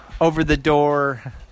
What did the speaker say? over-the-door